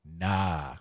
Nah